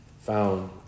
found